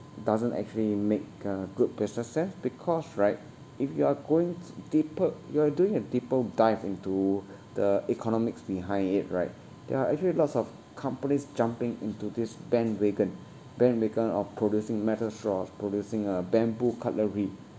doesn't actually make a good business sense because right if you are going deeper you are doing a deeper dive into the economics behind it right there are actually lots of companies jumping into this bandwagon bandwagon of producing metal straws producing uh bamboo cutlery